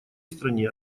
стране